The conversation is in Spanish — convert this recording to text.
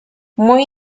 muy